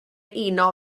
uno